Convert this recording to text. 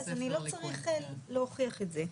אז אני לא צריך להוכיח את זה.